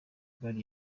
gari